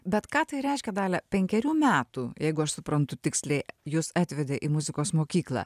bet ką tai reiškia dalia penkerių metų jeigu aš suprantu tiksliai jus atvedė į muzikos mokyklą